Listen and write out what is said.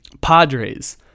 Padres